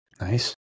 Nice